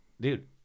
dude